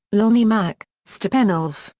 lonnie mack, steppenwolf,